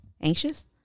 anxious